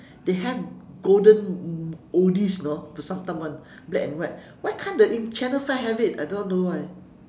they have golden oldies you know Vasantham one black and white why can't the channel five have it I don't know why